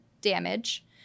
damage